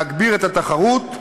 להגביר את התחרות,